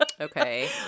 okay